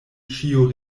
ĉio